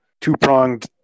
two-pronged